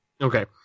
Okay